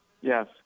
Yes